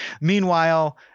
Meanwhile